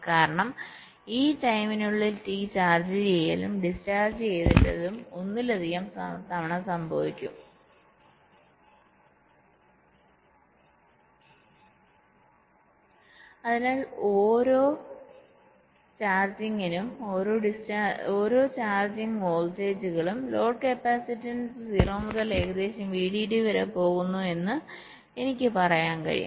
കാരണം ഈ ടൈമിനുള്ളിൽ T ചാർജ് ചെയ്യലും ഡിസ്ചാർജ് ചെയ്യലും ഒന്നിലധികം തവണ സംഭവിക്കും അതിനാൽ ഓരോ ചാർജിംഗിനും ഓരോ ചാർജ്ജിംഗ് വോൾട്ടേജുകളും ലോഡ് കപ്പാസിറ്ററിൽ 0 മുതൽ ഏകദേശം VDD വരെ പോകുന്നു എന്ന് എനിക്ക് പറയാൻ കഴിയും